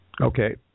Okay